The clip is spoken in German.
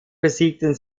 besiegten